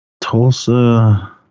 Tulsa